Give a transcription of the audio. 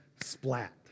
splat